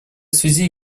связи